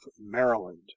Maryland